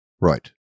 Right